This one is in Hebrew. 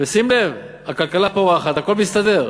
ושים לב: הכלכלה פורחת, הכול מסתדר,